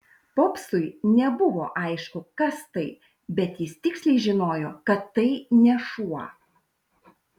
popsui nebuvo aišku kas tai bet jis tiksliai žinojo kad tai ne šuo